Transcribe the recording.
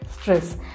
stress